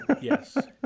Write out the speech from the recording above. Yes